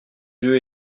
yeux